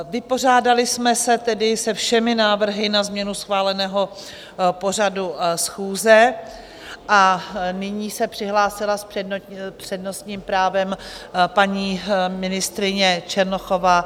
Vypořádali jsme se tedy se všemi návrhy na změnu schváleného pořadu schůze a nyní se přihlásila s přednostním právem paní ministryně Černochová.